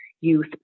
youth